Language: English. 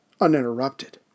uninterrupted